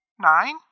Nine